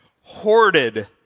hoarded